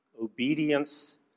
obedience